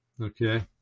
okay